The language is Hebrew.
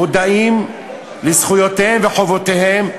מודעים לזכויותיהם ולחובותיהם,